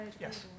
Yes